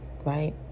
right